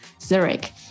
Zurich